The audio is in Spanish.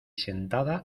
sentada